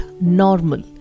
normal